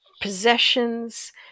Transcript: possessions